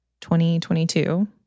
2022